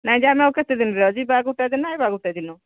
ନାଇଁ ଯେ ଆମେ ଆଉ କେତେ ଦିନରେ ଯିବା ଗୋଟ ଦିନ ଆଏବା ଗୋଟେ ଦିନ